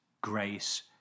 grace